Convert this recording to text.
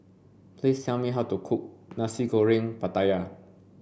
please tell me how to cook Nasi Goreng Pattaya